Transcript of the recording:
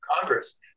Congress